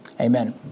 Amen